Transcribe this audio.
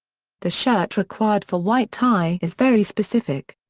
the shirt required for white tie is very specific.